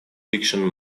fiction